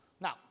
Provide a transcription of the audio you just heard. Now